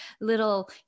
little